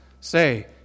Say